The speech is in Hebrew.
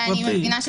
את זה אני מבינה,